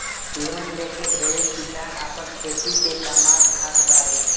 loan लेके ढेरे किसान आपन खेती से कामात खात बाड़े